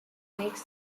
makes